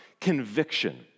conviction